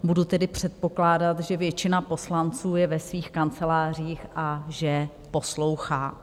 Budu tedy předpokládat, že většina poslanců je ve svých kancelářích a že poslouchá.